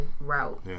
route